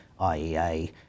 IEA